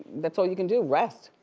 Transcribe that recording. that's all you can do, rest.